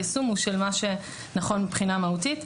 היישום הוא של מה שנכון מבחינה מהותית.